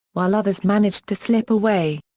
while others managed to slip away.